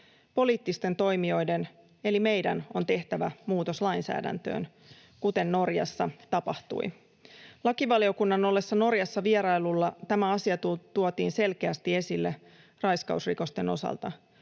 Poliittisten toimijoiden, eli meidän, on tehtävä muutos lainsäädäntöön, kuten Norjassa tapahtui. Lakivaliokunnan ollessa Norjassa vierailulla tämä asia tuotiin selkeästi esille raiskausrikosten osalta.